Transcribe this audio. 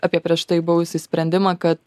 apie prieš tai buvusį sprendimą kad